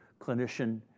clinician